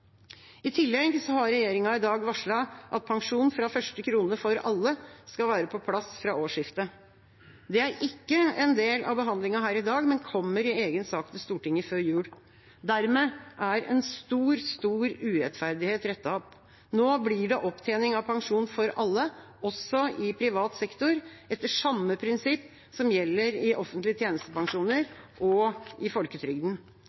i gang. I tillegg har regjeringa i dag varslet at pensjon fra første krone for alle skal være på plass fra årsskiftet. Det er ikke en del av behandlingen her i dag, men kommer i egen sak til Stortinget før jul. Dermed er en stor, stor urettferdighet rettet opp. Nå blir det opptjening av pensjon for alle, også i privat sektor, etter samme prinsipp som gjelder i offentlige tjenestepensjoner og i folketrygden.